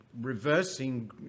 reversing